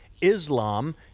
Islam